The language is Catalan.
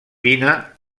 pina